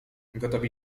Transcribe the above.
gotowi